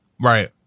Right